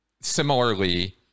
Similarly